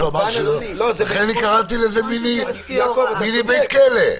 לכן קראתי לזה מיני בית כלא.